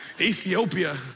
Ethiopia